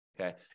Okay